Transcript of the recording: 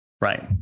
Right